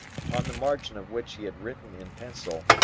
upon the margin of which he had written in pencil,